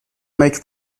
make